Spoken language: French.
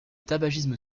tabagisme